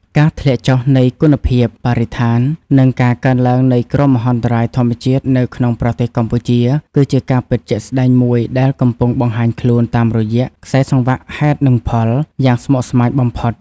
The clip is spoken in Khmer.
ការធ្លាក់ចុះនៃគុណភាពបរិស្ថាន និងការកើនឡើងនៃគ្រោះមហន្តរាយធម្មជាតិនៅក្នុងប្រទេសកម្ពុជា គឺជាការពិតជាក់ស្តែងមួយដែលកំពុងបង្ហាញខ្លួនតាមរយៈ ខ្សែសង្វាក់ហេតុនិងផល យ៉ាងស្មុគស្មាញបំផុត។